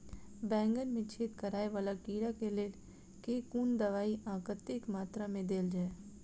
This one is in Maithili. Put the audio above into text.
बैंगन मे छेद कराए वला कीड़ा केँ लेल केँ कुन दवाई आ कतेक मात्रा मे देल जाए?